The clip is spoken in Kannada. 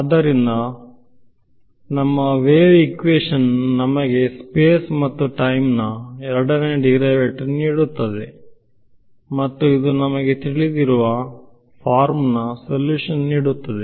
ಆದ್ದರಿಂದ ನಮ್ಮ ವೇವ್ ಹಿಕ್ವಿಷನ್ ನಮಗೆ ಸ್ಪೇಸ್ ಮತ್ತು ಟೈಮ್ ನ ಎರಡನೇ ಡಿರೈವೇಟಿವ್ ನೀಡುತ್ತದೆ ಮತ್ತು ಇದು ನಮಗೆಲ್ಲರಿಗೂ ತಿಳಿದಿರುವ ಫಾರ್ಮ ನ ಸಲ್ಯೂಷನ್ ನೀಡುತ್ತದೆ